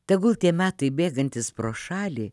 tegul tie metai bėgantys pro šalį